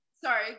sorry